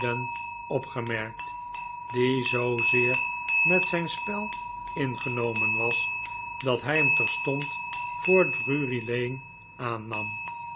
opgemerkt die zoozeer met zijn spel ingenomen was dat hij hem terstond voor drury-lane aannam